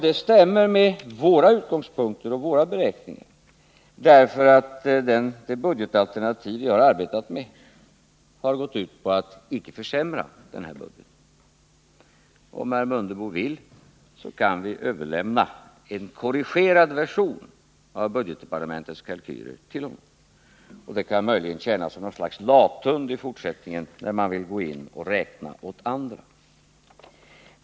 Det stämmer med utgångspunkterna i våra beräkningar. Det budgetalternativ vi arbetat med har gått ut på att icke försämra budgeten. Om herr Mundebo vill, så kan vi överlämna en korrigerad version av budgetdepartementets kalkyler till honom. Den kan möjligen tjäna som ett slags lathund i fortsättningen när man vill räkna åt andra.